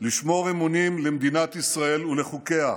לשמור אמונים למדינת ישראל ולחוקיה,